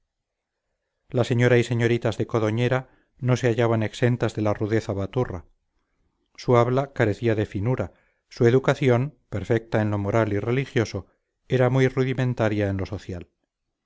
la señora y señoritas de codoñera no se hallaban exentas de la rudeza baturra su habla carecía de finura su educación perfecta en lo moral y religioso era muy rudimentaria en lo social